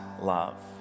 love